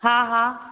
हा हा